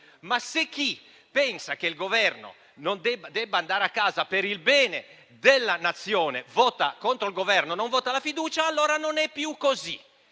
Ma se chi pensa che il Governo debba andare a casa per il bene della Nazione e vota contro il Governo o non vota la fiducia, allora non è più così.